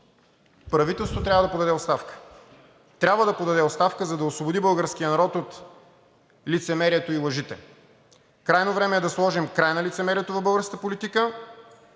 правителството трябва да подаде оставка. Трябва да подаде оставка, за да освободи българския народ от лицемерието и лъжите. Крайно време е да сложим край на лицемерието в българската политика,